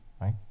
right